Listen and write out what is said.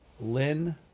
lynn